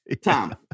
Tom